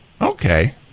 Okay